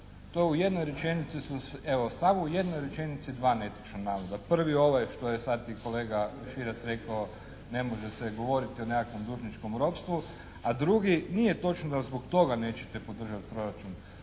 To u jednoj rečenici su, evo samo u jednoj rečenici dva netočna navoda. Prvi, ovaj što je sad i kolega Širac rekao. Ne može se govoriti o nekakvom dužničkom ropstvu. A drugi, nije točno da zbog toga nećete podržati proračun.